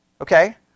Okay